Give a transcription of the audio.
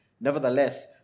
Nevertheless